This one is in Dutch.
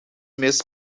mis